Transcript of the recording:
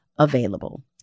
Available